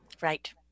Right